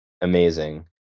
amazing